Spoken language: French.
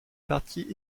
partie